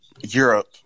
Europe